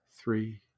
three